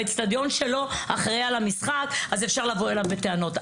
המשחק באצטדיון שלו ואפשר לבוא אליו בטענות.